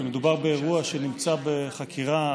כשמדובר באירוע שנמצא בחקירה,